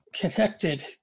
connected